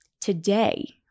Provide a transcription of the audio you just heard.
today